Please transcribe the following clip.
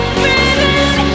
breathing